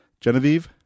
Genevieve